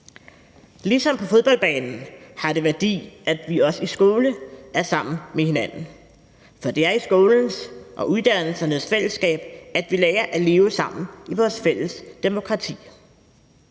Ligesom på fodboldbanen har det også en værdi, at vi i skolen er sammen med hinanden. For det er i skolens og uddannelsernes fællesskab, vi lærer at leve sammen i vores fælles demokrati.